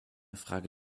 frage